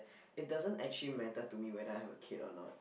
it doesn't actually matter to me whether I have a kid or not